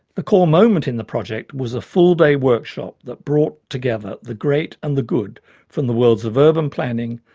the core moment in the project was a full day workshop that brought together the great and the good from the worlds of urban planning,